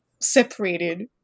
separated